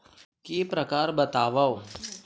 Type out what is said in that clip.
के प्रकार बतावव?